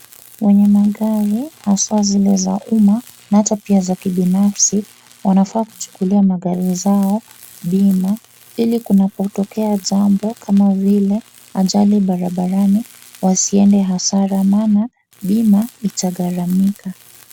Wenye magari haswa zile za umma na hata za kibinafsi wanafaa kuchukulia magari zao bima ili kunapotokea jambo kama vile, ajali barabarani waiende hasara maana bima itagharamika.